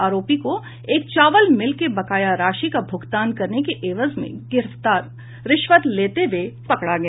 आरोपी को एक चावल मिल के बकाया राशि का भूगतान करने के एवज में रिश्वत लेते हुए पकड़ा गया